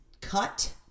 cut